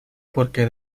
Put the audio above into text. porque